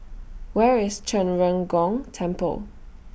Where IS Zhen Ren Gong Temple